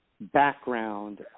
background